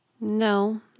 No